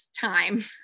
time